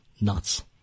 nuts